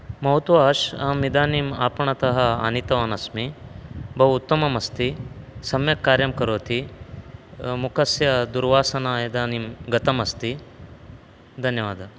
मम तु वाश् इदानीम् आपणतः आनीतवानस्मि बहु उत्तममस्ति सम्यक् कार्यं करोति मुखस्य दुर्वासना इदानीं गतमस्ति धन्यवादः